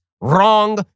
Wrong